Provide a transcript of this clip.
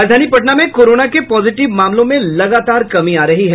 राजधानी पटना में कोरोना के पॉजिटिव मामलों में लगातार कमी आ रही है